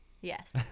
yes